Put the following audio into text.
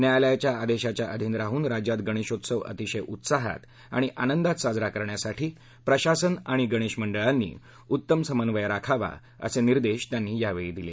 न्यायालयाच्या आदेशाच्या अधीन राहून राज्यात गणेशोत्सव अतिशय उत्साहात आणि आनंदात साजरा करण्यासाठी प्रशासन आणि गणेश मंडळांनी उत्तम समन्वय राखावा असे निर्देश त्यांनी यावेळी दिले